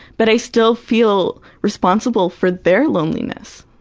but i still feel responsible for their loneliness.